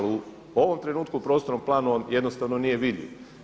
A u ovom trenutku u prostornom planu on jednostavno nije vidljiv.